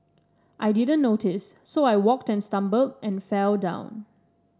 I didn't notice so I walked and stumbled and fell down